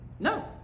No